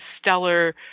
stellar